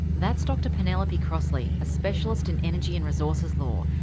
that's dr penelope crossley, a specialist in energy and resources law,